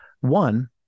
One